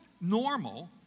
normal